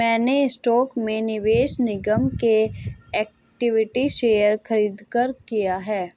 मैंने स्टॉक में निवेश निगम के इक्विटी शेयर खरीदकर किया है